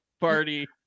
party